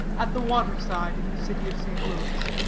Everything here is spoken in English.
at the water-side in the city of st. louis.